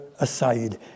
aside